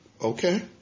Okay